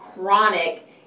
chronic